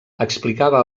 explicava